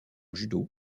judo